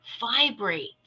vibrate